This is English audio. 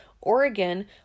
Oregon